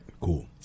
Cool